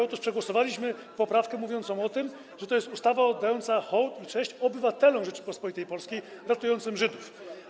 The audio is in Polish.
Otóż przegłosowaliśmy poprawkę mówiącą o tym, że jest to ustawa oddająca hołd i cześć obywatelom Rzeczypospolitej Polskiej ratującym Żydów.